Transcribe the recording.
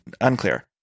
Unclear